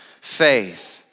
faith